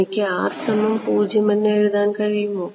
എനിക്ക് എന്ന് ചെയ്യാൻ കഴിയുമോ